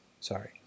Sorry